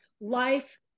life